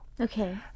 Okay